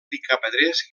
picapedrers